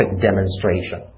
demonstration